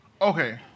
Okay